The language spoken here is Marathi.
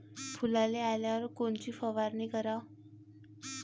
फुलाले आल्यावर कोनची फवारनी कराव?